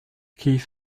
keith